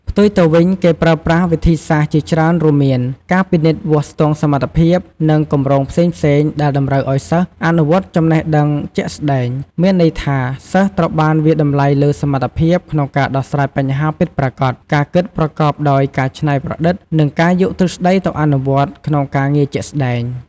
ផ្ទុយទៅវិញ គេប្រើប្រាស់វិធីសាស្ត្រជាច្រើនរួមមាន ការពិនិត្យវាស់ស្ទង់សមត្ថភាព និងគម្រោងផ្សេងៗ ដែលតម្រូវឱ្យសិស្ស អនុវត្តចំណេះដឹងជាក់ស្តែង មានន័យថា សិស្សត្រូវបានវាយតម្លៃលើ សមត្ថភាព ក្នុងការដោះស្រាយបញ្ហាពិតប្រាកដ ការគិតប្រកបដោយការច្នៃប្រឌិត និងការយកទ្រឹស្តីទៅអនុវត្តក្នុងការងារជាក់ស្តែង។